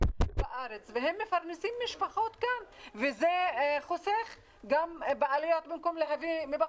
בארץ והם מפרנסים משפחות גם וזה חוסך בעלויות במקום להביא מבחוץ,